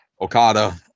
Okada